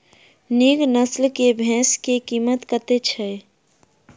नीक नस्ल केँ भैंस केँ कीमत कतेक छै?